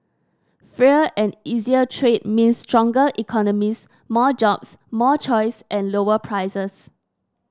freer and easier trade means stronger economies more jobs more choice and lower prices